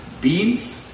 beans